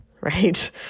right